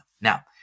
Now